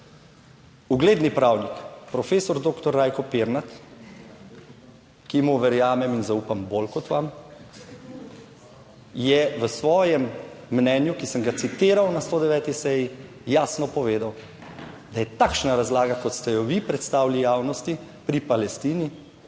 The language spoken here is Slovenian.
ugledni pravnik, profesor doktor Rajko Pirnat, ki mu verjamem in zaupam bolj kot vam, je v svojem mnenju, ki sem ga citiral na 109. seji, jasno povedal, da je takšna razlaga, kot ste jo vi predstavili javnosti pri Palestini,